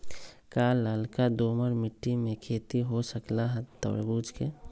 का लालका दोमर मिट्टी में खेती हो सकेला तरबूज के?